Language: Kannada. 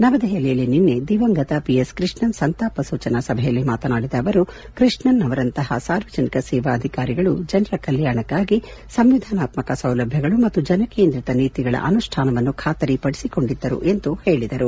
ನವದೆಹಲಿಯಲ್ಲಿ ನಿನ್ನೆ ದಿವಂಗತ ಪಿ ಎಸ್ ಕೃಷ್ಣನ್ ಸಂತಾಪ ಸೂಚನಾ ಸಭೆಯಲ್ಲಿ ಮಾತನಾಡಿದ ಅವರು ಕೃಷ್ಣನ್ ನಂತಹ ಸಾರ್ವಜನಿಕ ಸೇವಾ ಅಧಿಕಾರಿಗಳು ಜನರ ಕಲ್ಚಾಣಕ್ಕಾಗಿ ಸಂವಿಧಾನಾತ್ಮಕ ಸೌಲಭ್ಯಗಳು ಮತ್ತು ಜನ ಕೇಂದ್ರೀತ ನೀತಿಗಳ ಅನುಷ್ಠಾನವನ್ನು ಖಾತರಿಪಡಿಸಿಕೊಂಡಿದ್ದರು ಎಂದು ಹೇಳದರು